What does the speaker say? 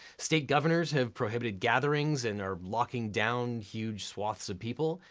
state governors have prohibited gatherings and are locking down huge swaths of people,